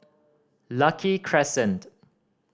Lucky Crescent